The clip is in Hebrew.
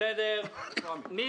מי